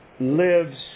lives